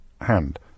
hand